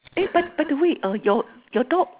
eh but by the way uh your your dog